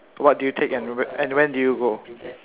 what do you take and when do you go